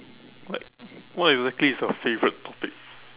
like what exactly is a favourite topic